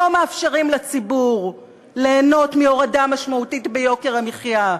לא מאפשרים לציבור ליהנות מהורדה משמעותית ביוקר המחיה,